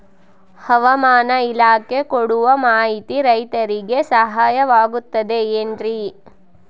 ಹವಮಾನ ಇಲಾಖೆ ಕೊಡುವ ಮಾಹಿತಿ ರೈತರಿಗೆ ಸಹಾಯವಾಗುತ್ತದೆ ಏನ್ರಿ?